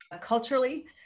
culturally